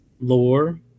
lore